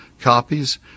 copies